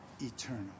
eternal